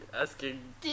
asking